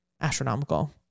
astronomical